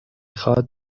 خواد